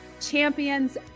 champions